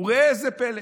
וראה זה פלא,